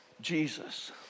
Jesus